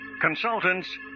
Consultants